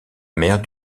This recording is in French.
mère